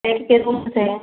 bank के account से है